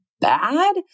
bad